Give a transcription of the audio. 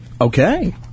Okay